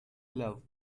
love